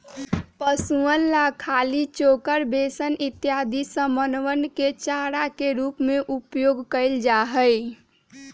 पशुअन ला खली, चोकर, बेसन इत्यादि समनवन के चारा के रूप में उपयोग कइल जाहई